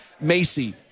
Macy